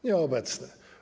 Nieobecny.